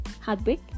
Heartbreak